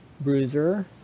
Bruiser